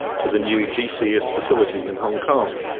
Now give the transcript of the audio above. to the new gccs facility in hong kong,